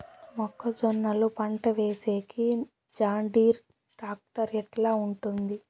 మొక్కజొన్నలు పంట కోసేకి జాన్డీర్ టాక్టర్ ఎట్లా ఉంటుంది?